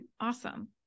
Awesome